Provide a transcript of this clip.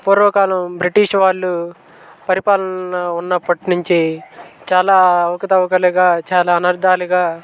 పూర్వకాలం బ్రిటిష్ వాళ్ళు పరిపాలన ఉన్నప్పటి నుంచి చాలా అవకతవకలిగా చాలా అనర్ధాలుగా